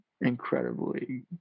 incredibly